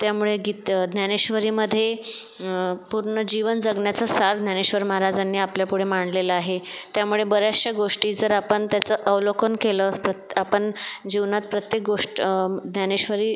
त्यामुळे गीत ज्ञानेश्वरीमध्ये पूर्ण जीवन जगण्याचं सार ज्ञानेश्वर महाराजांनी आपल्यापुढं मांडलेलं आहे त्यामुळे बऱ्याचशा गोष्टी जर आपण त्याचं अवलोकन केलं आपण जीवनात प्रत्येक गोष्ट ज्ञानेश्वरी